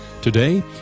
Today